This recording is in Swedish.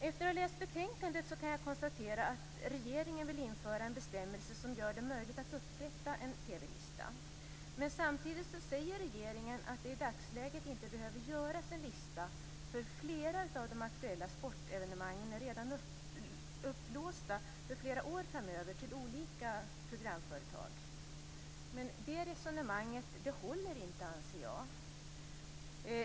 Efter att ha läst betänkandet kan jag konstatera att regeringen vill införa en bestämmelse som gör det möjligt att upprätta en TV-lista. Samtidigt säger regeringen att det i dagsläget inte behöver göras en lista, då flera av de aktuella sportevenemangen redan är upplåsta för flera år framöver till olika programföretag. Det resonemanget håller inte, anser jag.